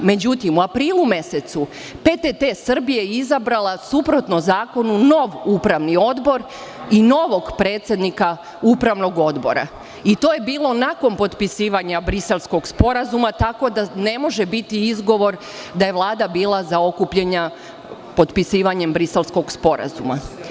Međutim, u aprilu mesecu, PTT Srbije je izabrala suprotno zakonu nov Upravni odbor i novog predsednika Upravnog odbora, i to je bilo nakon potpisivanja Briselskog sporazuma, tako da ne može biti izgovor da je Vlada bila zaokupljena potpisivanjem Briselskog sporazuma.